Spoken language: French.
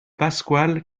pasquale